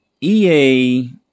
EA